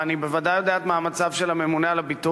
ואני בוודאי יודע את מאמציו של הממונה על הביטוח,